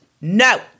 no